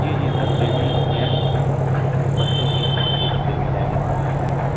جی جی sir ladies jeans بچوں کے سب کے کپڑے مل جائیں گے وہاں پہ آپ کو